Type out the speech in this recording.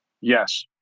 Yes